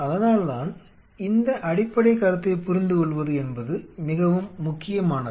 அதனால்தான் இந்த அடிப்படைக் கருத்தைப் புரிந்துகொள்வது என்பது மிகவும் முக்கியமானது